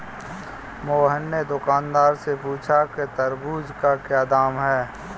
मोहन ने दुकानदार से पूछा कि तरबूज़ का क्या दाम है?